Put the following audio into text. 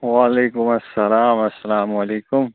وعلیکُم السَلام اَلسَلامُ علیکُم